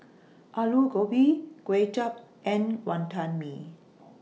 Aloo Gobi Kway Chap and Wantan Mee